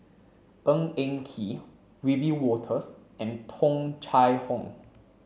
Ng Eng Kee Wiebe Wolters and Tung Chye Hong